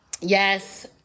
Yes